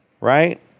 right